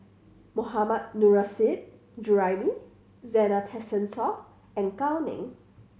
Mohammad Nurrasyid Juraimi Zena Tessensohn and Gao Ning